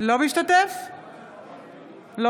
אינו משתתף בהצבעה